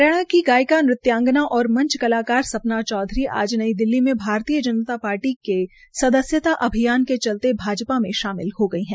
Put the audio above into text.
हरियाणा की गायिका नृत्यांगाना और मंच कलाकार सपना चौधरी आज नई दिल्ली में भारतीय जनता पार्टी के सदस्यता अभियान के चलते भाजपा में शामिल हो गई है